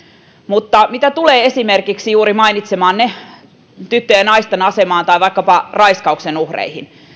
mutta mitä tulee esimerkiksi juuri mainitsemaanne tyttöjen ja naisten asemaan tai vaikkapa raiskauksen uhreihin